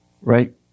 Right